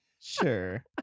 Sure